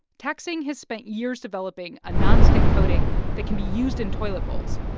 tak-sing has spent years developing a nonstick coating that can be used in toilet bowls,